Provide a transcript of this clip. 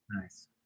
Nice